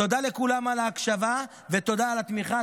תודה לכולם על ההקשבה ותודה על התמיכה.